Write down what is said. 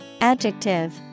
Adjective